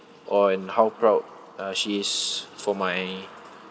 on how proud uh she is for my